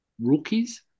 rookies